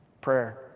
Prayer